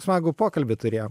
smagų pokalbį turėjom